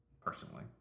personally